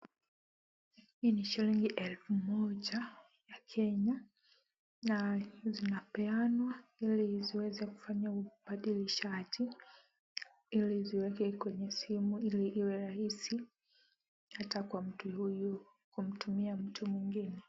Hii ni shilingi elfu moja ya Kenya na zinapeanwa ili ziweze kufanya ubadilishaji ili ziweke kwenye simu ili iwe rahisi hata kwa mtu huyu kumtumia mtu mwingine.